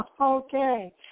Okay